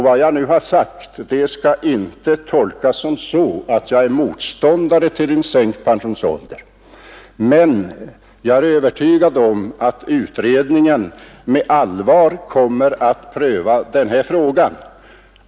Vad jag nu har sagt skall inte tolkas som att jag är motståndare till en sänkt pensionsålder. Jag är övertygad om att utredningen med allvar kommer att pröva den frågan.